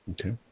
Okay